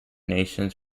nations